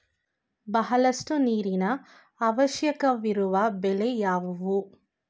ಬಹಳಷ್ಟು ನೀರಿನ ಅವಶ್ಯಕವಿರುವ ಬೆಳೆ ಯಾವುವು?